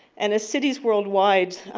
and as cities worldwide